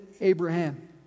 Abraham